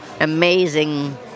amazing